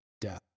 death